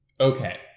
Okay